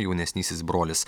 jaunesnysis brolis